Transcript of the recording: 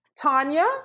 Tanya